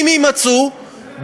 אם יימצאו,